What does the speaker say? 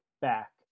back